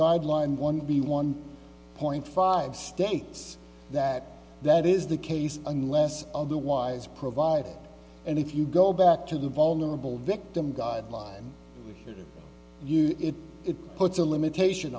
guideline one the one point five states that that is the case unless otherwise provide and if you go back to the vulnerable victim guideline and use it it puts a limitation